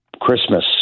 Christmas